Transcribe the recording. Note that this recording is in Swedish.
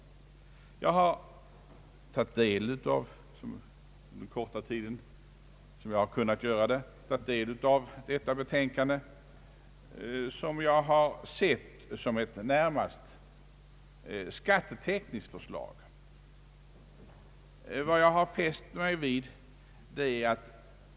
På den korta tid som har stått mig till buds har jag försökt sätta mig in i detta betänkande, såvitt jag kan förstå bör det närmast betraktas såsom ett skattetekniskt förslag.